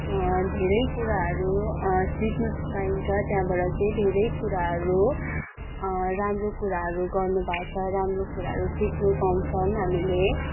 धेरै कुराहरू सिक्नु पाइन्छ त्यहाँबाट चाहिँ धेरै कुराहरू राम्रो कुराहरू गर्नुभएको छ राम्रो कुराहरू सिक्नु पाउँछौँ हामीले